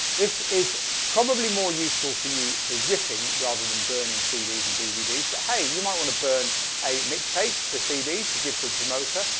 this is probably more useful for you for ripping rather than burning cds and dvds but hey, you might want to burn a mixtape to cd to give to a promoter.